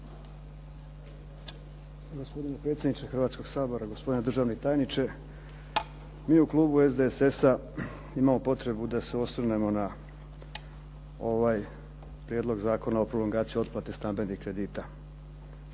Gospodine predsjedniče Hrvatskoga sabora, gospodine državni tajniče. Mi u klubu imamo potrebu da se osvrnemo na ovaj Prijedlog zakona o prolongaciji otplate stambenih kredita.